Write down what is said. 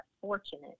fortunate